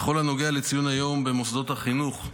בכל הנוגע לציון היום במוסדות החינוך,